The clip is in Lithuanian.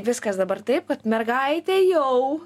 viskas dabar taip kad mergaitė jau